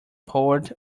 poured